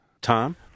Tom